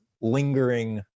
lingering